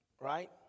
right